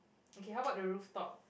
okay how about the rooftop